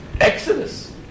exodus